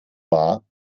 war